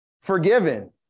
forgiven